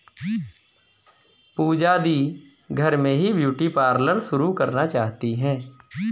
पूजा दी घर में ही ब्यूटी पार्लर शुरू करना चाहती है